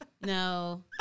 No